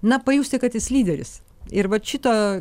na pajusti kad jis lyderis ir vat šito